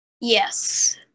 Yes